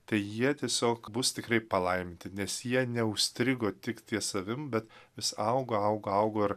tai jie tiesiog bus tikrai palaiminti nes jie neužstrigo tik ties savim bet vis augo augo augo ir